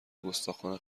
گستاخانه